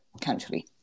country